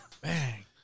Bang